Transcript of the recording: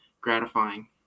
gratifying